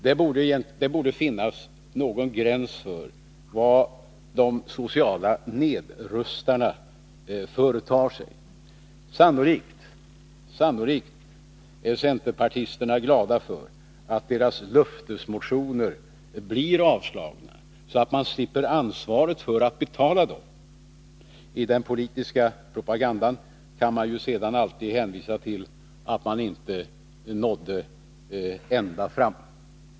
Det borde finnas någon gräns för vad de Anslag till folksociala nedrustarna företar sig. Sannolikt är centerpartisterna glada för att deras löftesmotioner blir avslagna, så att de slipper ansvaret för att betala kostnaderna. I den politiska propagandan kan man ju sedan alltid hänvisa till att man inte nådde ända fram.